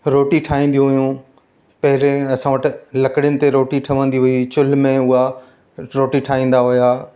रोटी ठाहींदियूं हुयूं पहिरियों असां वटि लकड़ियुनि ते रोटी ठवंदी हुई चुल्हि में उहे रोटी ठाहींदा हुआ